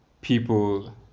people